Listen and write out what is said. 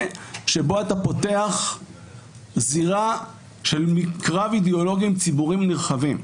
שבו אתה פותח זירה של קרב אידיאולוגי עם ציבורים נרחבים.